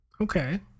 Okay